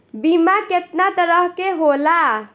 बीमा केतना तरह के होला?